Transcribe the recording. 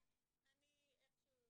אני איכשהו